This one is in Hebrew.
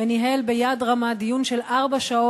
ביקשה הערה לסדר-היום.